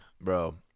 bro